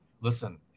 listen